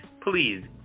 please